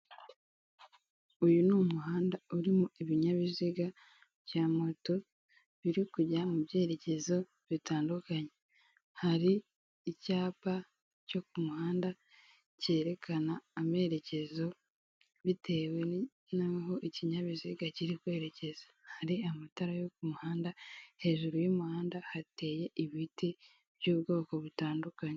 Uyu ni umuhanda urimo ibinyabiziga bya moto biri kujya mu byerekezo bitandukanye, hari icyapa cyo ku muhanda kerekana amerekezo bitewe naho ikinyabiziga kirikwerekeza, hari amatara yo ku muhanda hejuru y'umuhanda hateye ibiti by'ubwoko butandukanye.